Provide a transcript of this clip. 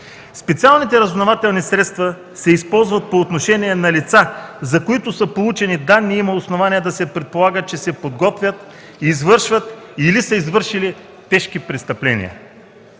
„Специалните разузнавателни средства се използват по отношение на лица, за които са получени данни и има основание да се предполага, че се подготвят, извършват или са извършили тежки престъпления.